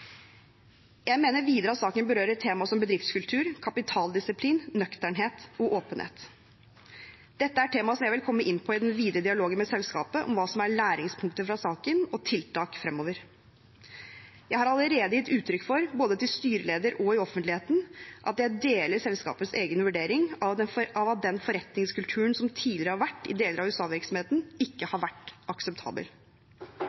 Jeg mener videre at saken også berører tema som bedriftskultur, kapitaldisiplin, nøkternhet og åpenhet. Dette er temaer jeg vil komme inn på i den videre dialogen med selskapet om hva som er læringspunkter fra saken og tiltak fremover. Jeg har allerede gitt uttrykk for, både til styreleder og i offentligheten, at jeg deler selskapets egen vurdering av at den forretningskulturen som tidligere har vært i deler av USA-virksomheten, ikke